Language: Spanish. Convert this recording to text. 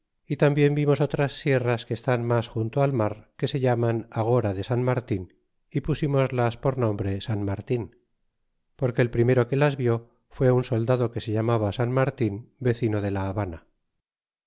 y tambien vimos otras sierras que estan mas junto al mar que se llaman agora de san martin y pusímoslas por nombre san martin porque el primero que las vió fué un soldado que se llamaba san marfil vecino de la habana